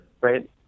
Right